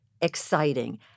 exciting